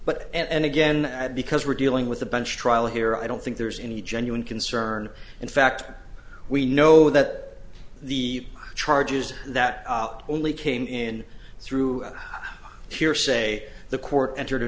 but and again because we're dealing with a bench trial here i don't think there's any genuine concern in fact we know that the charges that only came in through hearsay the court entered a